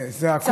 לא שומעים.